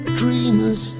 dreamers